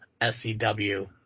SCW